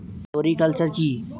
Floriculture কি?